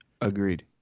Agreed